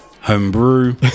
homebrew